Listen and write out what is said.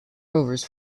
rovers